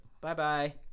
Bye-bye